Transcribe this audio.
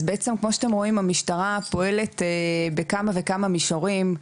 אז בעצם כמו שאתם רואים המשטרה פועלת בכמה וכמה מישורים,